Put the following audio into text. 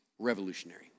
Revolutionary